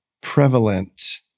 prevalent